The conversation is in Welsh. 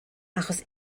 achos